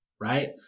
right